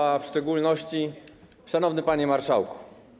A w szczególności Szanowny Panie Marszałku!